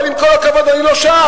אבל עם כל הכבוד, אני לא שם.